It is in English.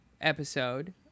episode